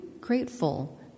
grateful